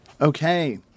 okay